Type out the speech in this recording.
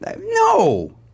No